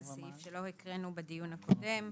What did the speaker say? זה סעיף שלא הקראנו בדיון הקודם.